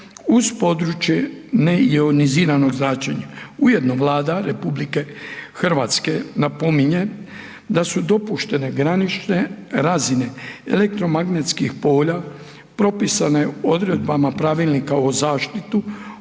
uz područje neioniziranog zračenja. Ujedno Vlada RH napominje da su dopuštene granične razine elektromagnetskih polja propisane odredbama Pravilnika o zaštiti